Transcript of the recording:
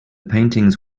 paintings